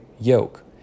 yoke